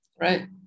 Right